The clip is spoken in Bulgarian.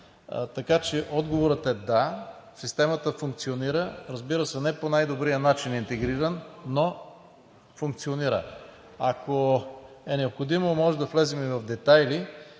Така че отговорът е: да, системата функционира, разбира се, интегрирана е не по най-добрия начин, но функционира. Ако е необходимо, можем да влезем и в детайли